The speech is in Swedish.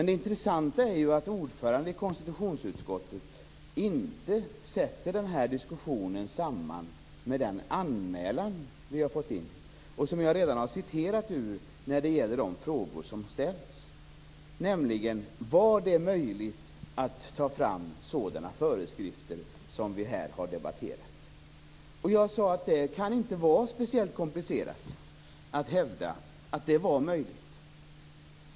Det intressanta är att ordföranden i konstitutionsutskottet inte sätter den här diskussionen i samband med den anmälan som vi har fått in, som jag redan har citerat ur när det gäller de frågor som har ställts, nämligen om det var möjligt att ta fram sådana föreskrifter som vi här har debatterat. Jag sade att det inte kan vara speciellt komplicerat att hävda att det var möjligt.